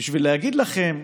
בשביל להגיד לכם: